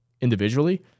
individually